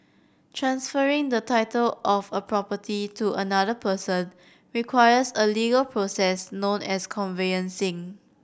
transferring the title of a property to another person requires a legal process known as conveyancing